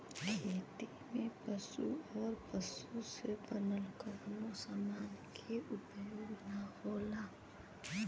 खेती में पशु आउर पशु से बनल कवनो समान के उपयोग ना होला